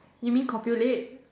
you mean copulate